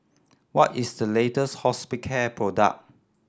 what is the latest Hospicare product